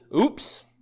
oops